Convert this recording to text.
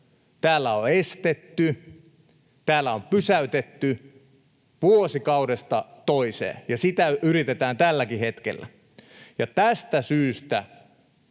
täällä on estetty, täällä on pysäytetty vuosikaudesta toiseen, ja sitä yritetään tälläkin hetkellä. Ja tästä syystä